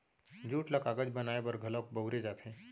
jute ल कागज बनाए बर घलौक बउरे जाथे